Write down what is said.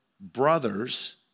brothers